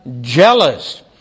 jealous